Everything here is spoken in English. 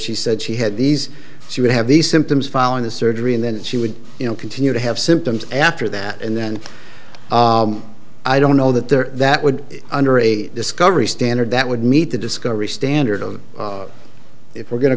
she said she had these she would have these symptoms following the surgery and then she would continue to have symptoms after that and then i don't know that there that would under a discovery standard that would meet the discovery standard of if we're go